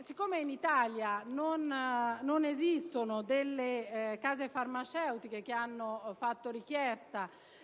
Siccome in Italia non esistono delle case farmaceutiche che hanno fatto richiesta